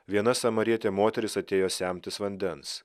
viena samarietė moteris atėjo semtis vandens